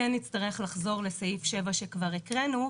כן נצטרך לחזור לסעיף 7 שכבר הקראנו.